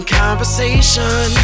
conversation